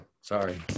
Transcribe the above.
sorry